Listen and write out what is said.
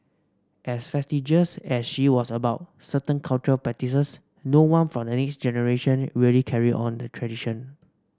as fastidious as she was about certain cultural practices no one from the next generation really carried on the tradition